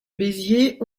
béziers